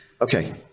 Okay